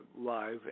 live